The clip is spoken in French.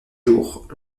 jours